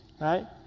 right